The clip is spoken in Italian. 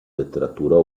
letteratura